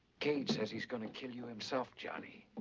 cade says he's going to kill you himself, johnny.